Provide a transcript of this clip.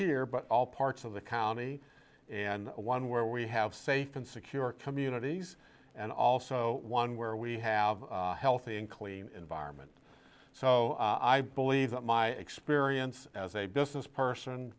here but all parts of the county and one where we have safe and secure communities and also one where we have healthy and clean environment so i believe that my experience as a business person